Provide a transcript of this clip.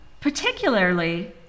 Particularly